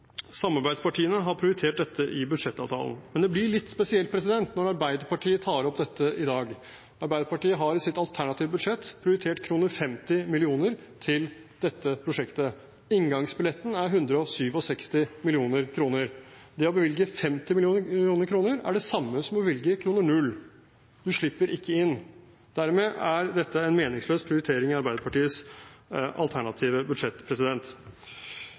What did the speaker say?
Samarbeidspartiene har prioritert dette i budsjettavtalen. Men det blir litt spesielt når Arbeiderpartiet tar opp dette i dag. Arbeiderpartiet har i sitt alternative budsjett prioritert 50 mill. kr til dette prosjektet. Inngangsbilletten er 167 mill. kr. Det å bevilge 50 mill. kr er det samme som å bevilge 0 kr, du slipper ikke inn. Dermed er dette en meningsløs prioritering i Arbeiderpartiets alternative budsjett.